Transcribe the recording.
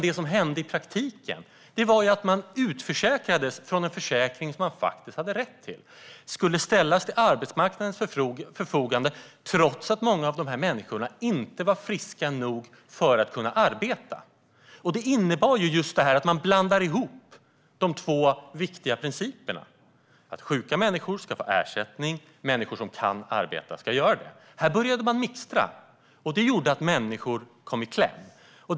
Det som hände i praktiken var att man utförsäkrades från en försäkring som man faktiskt hade rätt till och ställdes till arbetsmarknadens förfogande, trots att många av dessa människor inte var friska nog att kunna arbeta. Man blandade ihop de två viktiga principerna - att sjuka människor ska få ersättning och att människor som kan arbeta ska göra det. Man började mixtra, och det gjorde att människor kom i kläm.